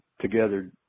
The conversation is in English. together